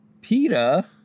Peta